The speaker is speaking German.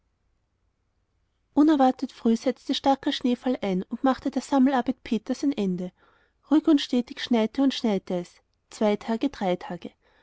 unerwartet früh setzte starker schneefall ein und machte der sammelarbeit peters ein ende ruhig und stetig schneite und schneite es zwei tage drei tage